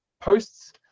posts